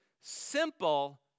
simple